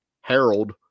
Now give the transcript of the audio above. Harold